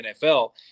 NFL